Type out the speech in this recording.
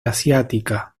asiática